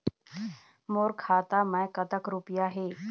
मोर खाता मैं कतक रुपया हे?